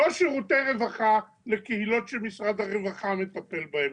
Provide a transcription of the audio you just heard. לא שירותי רווחה לקהילות שמשרד הרווחה מטפל בהן,